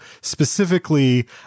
specifically